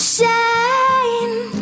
Shine